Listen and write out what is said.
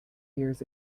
years